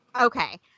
Okay